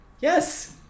Yes